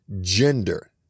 gender